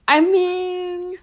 I mean